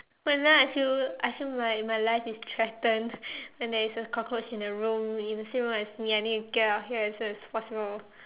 whenever I feel I feel like my life is threatened when there is a cockroach in the room in the same room as me I need to get out of here as soon as possible